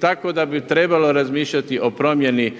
tako da bi trebalo razmišljati o promjeni